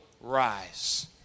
rise